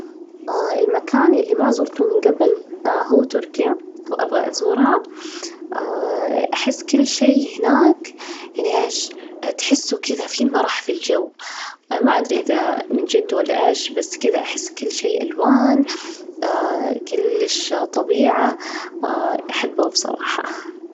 المكان اللي ما زرته من جبل هو تركيا، وأبغى أزورها، أحس كل شي هناك يعني إيش؟ تحسوا كده في مرح في الجو، ما أدري إذا من جد ولا إيش؟ بس كده أحس كل شي ألوان، كل شي طبيعة ، أحبه بصراحة.